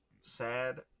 sad